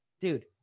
Dude